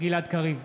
גלעד קריב,